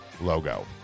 logo